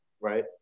right